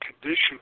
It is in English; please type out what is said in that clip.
condition